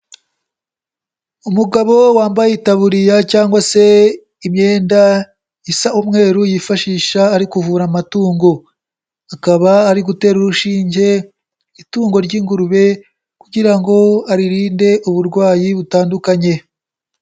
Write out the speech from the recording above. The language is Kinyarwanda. Umugabo wambaye itaburiya cyangwa se imyenda isa umweru yifashisha ari kuvura amatungo, akaba ari gutera urushinge itungo ry'ingurube kugira ngo aririnde uburwayi butandukanye.